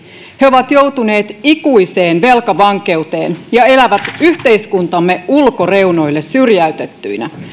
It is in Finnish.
he ovat joutuneet ikuiseen velkavankeuteen ja elävät yhteiskuntamme ulkoreunoille syrjäytettyinä